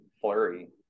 Flurry